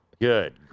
good